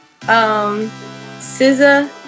SZA